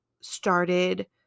started